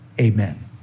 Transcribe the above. amen